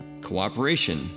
Cooperation